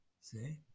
see